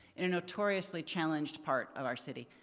in a notoriously challenged part of our city.